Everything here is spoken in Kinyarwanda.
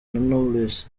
knowles